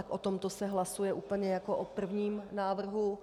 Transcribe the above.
O tomto se hlasuje úplně jako o prvním návrhu.